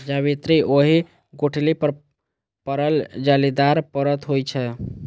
जावित्री ओहि गुठली पर पड़ल जालीदार परत होइ छै